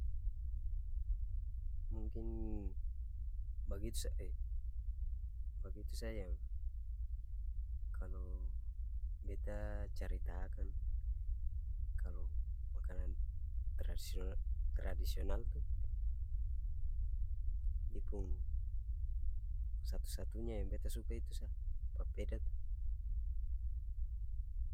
Mungkin bagitu s bagitu sa yang kalo beta carita akang kalo makanan tradisio tradisional tu dia pung satu-satunya yang beta suka itu sa papeda tu.